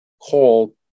called